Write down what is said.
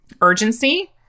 urgency